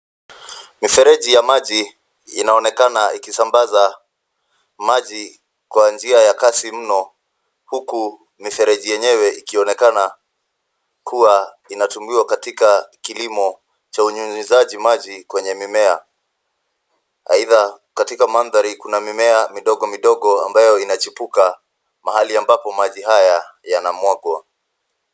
Mifereji ya maji inaonekana ikisambaza maji kwa njia ya kasi mno huku mifereji yenyewe ikionekana kuwa inatumiwa katika kilimo cha unyunyiziaji maji kwenye mimea. Aidha katika mandhari Kuna mimea midogo midogo ambayo inachipuka mahali ambapo maji haya yanamwagwa.